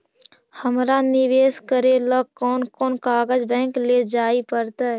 हमरा निवेश करे ल कोन कोन कागज बैक लेजाइ पड़तै?